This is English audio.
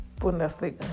Bundesliga